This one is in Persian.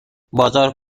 بازار